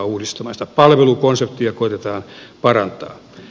sitä palvelukonseptia koetetaan parantaa